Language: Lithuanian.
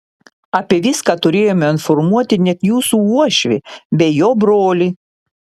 apie viską turėjome informuoti net jūsų uošvį bei jo brolį